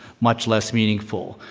much less meaningful.